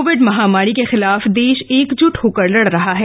Covid महामारी के खिलाफ देश एकजुट होकर लड़ रहा है